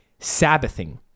Sabbathing